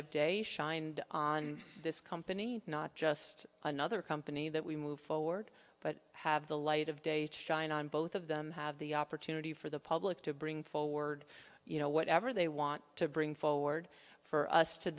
of day shined on this company not just another company that we move forward but have the light of day to shine on both of them have the opportunity for the public to bring forward you know whatever they want to bring forward for us to